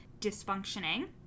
dysfunctioning